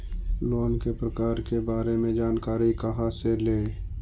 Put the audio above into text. Loan के प्रकार के बारे मे जानकारी कहा से ले?